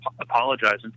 apologizing